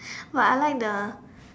but I like the